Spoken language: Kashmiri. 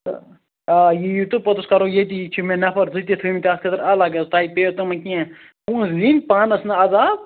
تہٕ آ یِیُو تہٕ پوٚتُس کَرو ییٚتی چھِ مےٚ نَفر زٕ تہِ تھٲمِتۍ اَتھ خٲطر الگ حظ تۄہہِ پیٚیو تِمن کیٚنٛہہ پۄنٛسہٕ دِنۍ پانس نہٕ عذاب